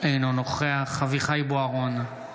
אינו נוכח אביחי אברהם בוארון,